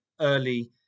early